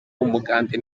w’umugande